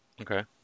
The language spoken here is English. Okay